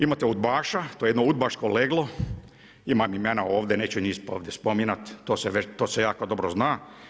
Imate udbaša, to je jedno udbaško leglo, imam imena ovdje, neću njih ovdje spominjati, to se jako dobro zna.